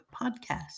Podcast